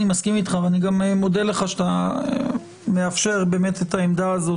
מסכים אתך ואני גם מודה לך שאתה מאפשר את העמדה הזאת,